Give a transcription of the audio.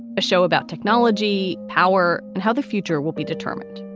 a show about technology, power and how the future will be determined.